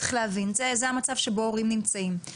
צריך להבין, זה המצב שבו הורים נמצאים.